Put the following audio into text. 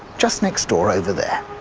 just next door, over there.